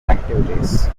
activities